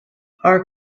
our